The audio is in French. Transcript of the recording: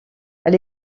elle